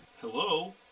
Hello